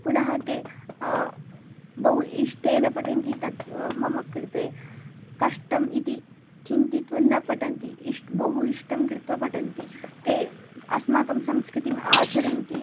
पुनः ते बहु इष्टेन पठन्ति तत् मम कृते कष्टम् इति चिन्तयित्वा न पठन्ति इष्ट् बहु इष्टं कृत्वा पठन्ति ते अस्माकं संस्कृतिम् आचरन्ति